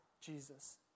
Jesus